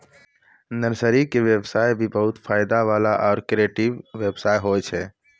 nursery के व्यवसाय भी बहुत फायदा वाला आरो क्रियेटिव व्यवसाय होय छै